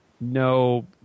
no